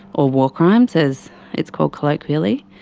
or war crimes as it's called colloquially,